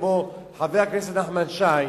כמו חבר הכנסת נחמן שי,